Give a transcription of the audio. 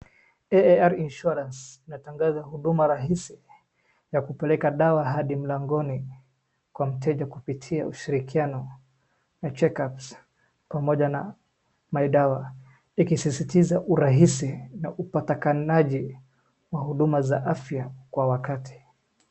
AAR insurance inatangaza huduma rahisi ya kupelea dawa hadi mlangoni kwa mteja kupitia ushirikiano, eye checkups pamoja na mydawa . Ikisisitiza urahisi wa upatikanaji wa huduma za afya kwa wakati.